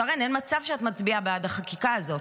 שרן, אין מצב שאת מצביעה בעד החקיקה הזאת.